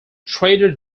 trader